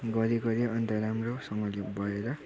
गरेँ गरेँ अन्त राम्रोसँगले भएर